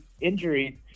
injuries